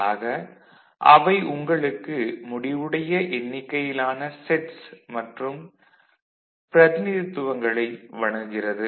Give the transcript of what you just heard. ஆக அவை உங்களுக்கு முடிவுடைய எண்ணிக்கையிலான செட்ஸ் மற்றும் பிரதிநிதித்துவங்களை வழங்குகிறது